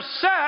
set